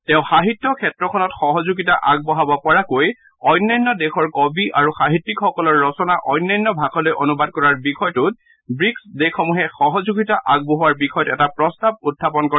তেওঁ সাহিত্য ক্ষেত্ৰখনত সহযোগিতা আগবঢ়াব পৰাকৈ অন্যান্য দেশৰ কবি আৰু সাহিত্যিকসকলৰ ৰচনা অন্যান্য ভাষালৈ অনুবাদ কৰাৰ বিষয়টোত ব্ৰীকছ দেশসমূহে সহযোগিতা আগবঢ়োৱা বিষয়ত এটা প্ৰস্তাৱ উখাপন কৰে